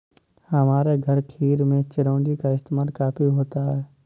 हमारे घर खीर में चिरौंजी का इस्तेमाल काफी होता है